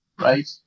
right